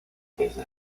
desde